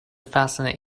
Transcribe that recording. fascinate